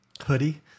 hoodie